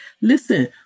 Listen